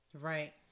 Right